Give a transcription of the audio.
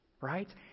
Right